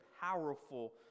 powerful